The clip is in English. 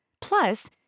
Plus